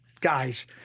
guys